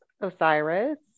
Osiris